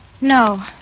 No